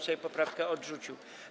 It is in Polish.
Sejm poprawkę odrzucił.